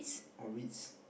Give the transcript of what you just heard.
or Ritz